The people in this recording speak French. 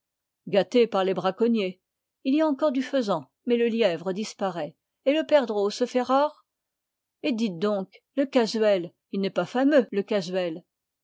gâté par les braconniers il y a encore du faisan mais le lièvre disparaît et le perdreau se fait rare et dites donc le casuel il n'est pas fameux le casuel